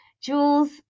Jules